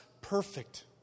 perfect